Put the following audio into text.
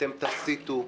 אתם תסיתו,